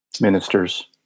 ministers